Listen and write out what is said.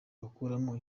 bakuramo